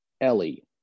Ellie